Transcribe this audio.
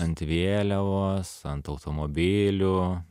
ant vėliavos ant automobilių